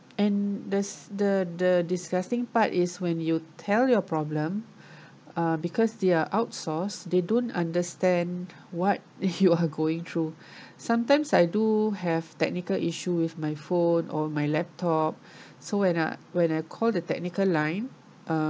and this the the disgusting part is when you tell your problem uh because they are outsourced they don't understand what you are going through sometimes I do have technical issue with my phone or my laptop so when I when I call the technical line uh